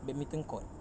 badminton court